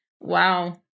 wow